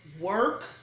work